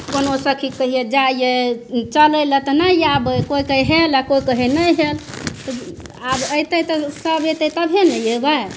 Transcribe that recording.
कोनो सखी कहै जाइयै चलै लए तऽ नहि आबै कोइ कहै हेल कोइ कहै नहि हेल आब अयतै तऽ सब अयतै तभे ने अयबै